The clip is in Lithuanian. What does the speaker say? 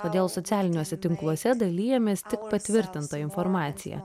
todėl socialiniuose tinkluose dalijamės tik patvirtinta informacija